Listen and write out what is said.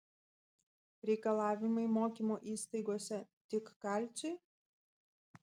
reikalavimai mokymo įstaigose tik kalciui